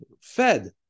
fed